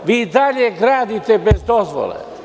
I dalje gradite bez dozvole.